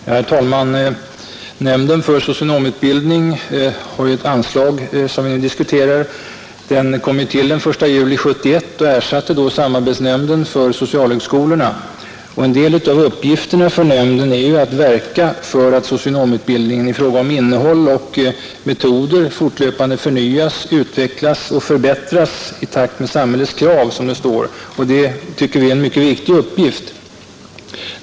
Herr talman! Nämnden för socionomutbildning, vars anslag vi nu diskuterar, kom till den 1 juli 1971. Den ersatte då samarbetsnämnden för socialhögskolorna. En av uppgifterna för nämnden är att verka för att socionomutbildningen i fråga om innehåll och metoder fortlöpande förnyas, utvecklas och förbättras i takt med samhällslivets krav, och det tycker vi är en mycket viktig uppgift.